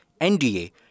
NDA